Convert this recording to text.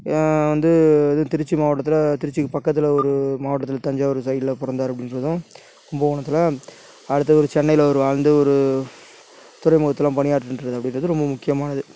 வந்து திருச்சி மாவட்டத்தில் திருச்சிக்கு பக்கத்தில் ஒரு மாவட்டத்தில் தஞ்சாவூர் சைடில் பிறந்தார் அப்படின்றதும் கும்பகோணத்தில் அடுத்தது ஒரு சென்னையில் ஒரு ஆண்டு ஒரு துறைமுகத்தில் பணியாற்றுன்றார் ரொம்ப முக்கியமானது